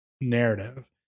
narrative